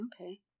okay